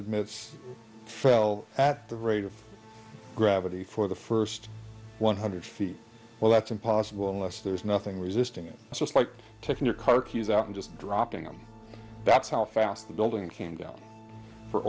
admits fell at the rate of gravity for the first one hundred feet well that's impossible unless there's nothing we system is just like taking your car keys out and just dropping them that's how fast the building came down for